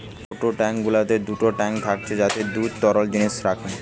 ছোট ট্যাঙ্ক গুলোতে দুটো ট্যাঙ্ক থাকছে যাতে দুধ তরল জিনিস রাখে